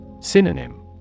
Synonym